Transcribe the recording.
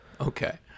Okay